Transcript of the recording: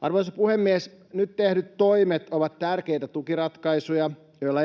Arvoisa puhemies! Nyt tehdyt toimet ovat tärkeitä tukiratkaisuja, joilla